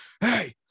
hey